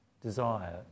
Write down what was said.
desire